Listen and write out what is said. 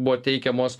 buvo teikiamos